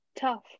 Tough